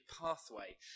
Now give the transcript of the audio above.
pathway